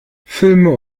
filme